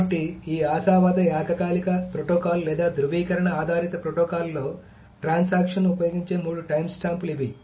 కాబట్టి ఈ ఆశావాద ఏకకాలిక ప్రోటోకాల్ లేదా ధ్రువీకరణ ఆధారిత ప్రోటోకాల్లో ట్రాన్సాక్షన్ ఉపయోగించే మూడు టైమ్స్టాంప్లు ఇవి